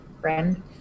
friend